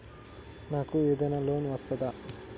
నాకు ఏదైనా లోన్ వస్తదా?